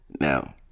Now